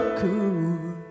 cool